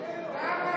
כמה אפשר לשקר?